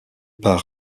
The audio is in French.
par